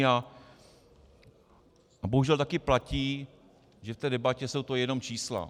A bohužel taky platí, že v té debatě jsou to jenom čísla.